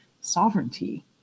sovereignty